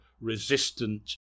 resistant